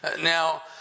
Now